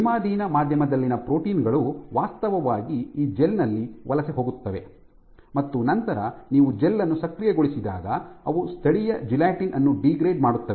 ನಿಯಮಾಧೀನ ಮಾಧ್ಯಮದಲ್ಲಿನ ಪ್ರೋಟೀನ್ ಗಳು ವಾಸ್ತವವಾಗಿ ಈ ಜೆಲ್ ನಲ್ಲಿ ವಲಸೆ ಹೋಗುತ್ತವೆ ಮತ್ತು ನಂತರ ನೀವು ಜೆಲ್ ಅನ್ನು ಸಕ್ರಿಯಗೊಳಿಸಿದಾಗ ಅವು ಸ್ಥಳೀಯ ಜೆಲಾಟಿನ್ ಅನ್ನು ಡೀಗ್ರೇಡ್ ಮಾಡುತ್ತವೆ